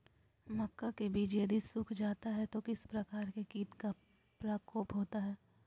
मक्का के बिज यदि सुख जाता है तो किस प्रकार के कीट का प्रकोप होता है?